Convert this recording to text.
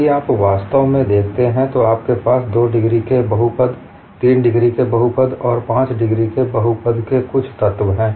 यदि आप वास्तव में देखते हैं तो आपके पास दो डिग्री के बहुपद तीन डिग्री के बहुपद और पाँच डिग्री के बहुपद के कुछ तत्व हैं